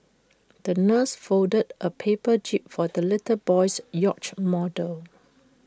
the nurse folded A paper jib for the little boy's yacht model